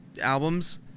albums